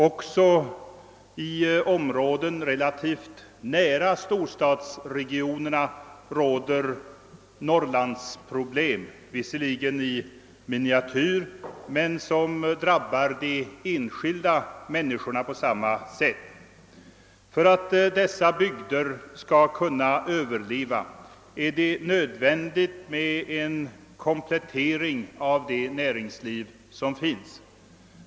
Också i områden relativt nära storstadsregionerna råder Norrlandsproblem, visserligen i miniatyr, men de drabbar de enskilda människorna på samma sätt. För att dessa bygder skall kunna överleva är det nödvändigt med en komplettering av det näringsliv som finns.